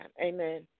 Amen